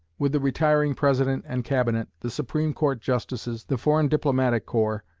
with the retiring president and cabinet, the supreme court justices, the foreign diplomatic corps,